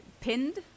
pinned